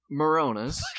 Moronas